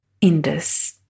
Indus